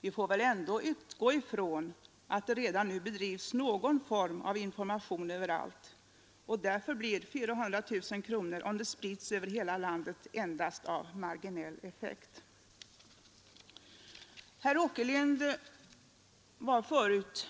Vi får väl ändå utgå ifrån att det redan nu bedrivs någon form av information överallt. Därför får 400 000 kronor, om beloppet sprids över hela landet, endast en marginell effekt. Herr Åkerlind var förut